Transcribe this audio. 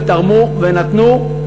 תרמו ונתנו.